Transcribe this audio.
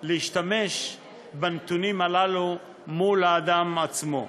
להשתמש בנתונים הללו מול האדם עצמו.